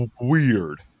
weird